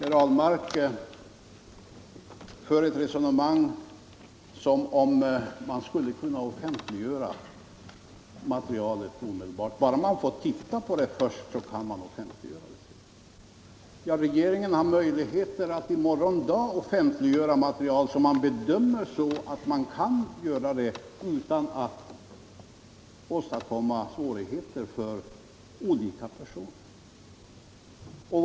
Herr Ahlmark för ett resonemang som om man skulle kunna offent liggöra materialet omedelbart, bara man får titta på det först. Regeringen Nr 35 har möjligheter att i morgon dag offentliggöra material som man bedömer Onsdagen den att man kan offentliggöra utan att åstadkomma svårigheter för olika per 12 mars 1975 soner.